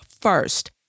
first